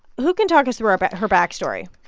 who can talk us through about her backstory?